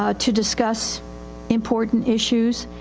ah to discuss important issues.